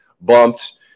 bumped